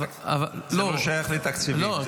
זה לא שייך לתקציבים,